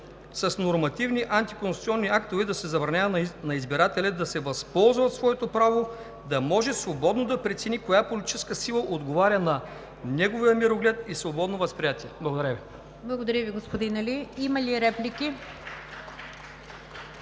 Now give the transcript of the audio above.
с нормативни антиконституционни актове да се забранява на избирателя да се възползва от своето право да може свободно да прецени коя политическа сила отговаря на неговия мироглед и свободно възприятие. Благодаря Ви. (Частични ръкопляскания